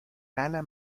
ghana